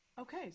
Okay